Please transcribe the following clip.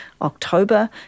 October